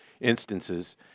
instances